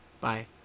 bye